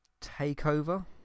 Takeover